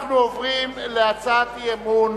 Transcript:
אנחנו עוברים להצעת אי-אמון